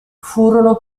furono